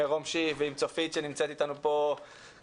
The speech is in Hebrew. עם מירום שיף ועם צופית, שנמצאת איתנו פה קבוע.